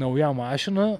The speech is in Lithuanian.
nauja mašina